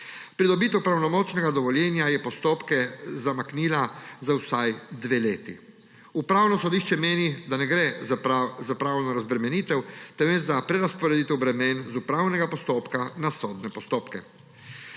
Pridobitev pravnomočnega dovoljenja je postopke zamaknila za vsaj dve leti. Upravno sodišče meni, da ne gre za pravno razbremenitev, temveč za prerazporeditev bremen iz upravnega postopka na sodne postopke.